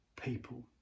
people